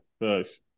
nice